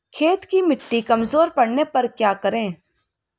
खेत की मिटी कमजोर पड़ने पर क्या करें?